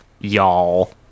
y'all